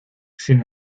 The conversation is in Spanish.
sin